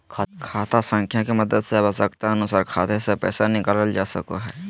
खाता संख्या के मदद से आवश्यकता अनुसार खाते से पैसा निकालल जा सको हय